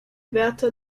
wärter